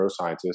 neuroscientist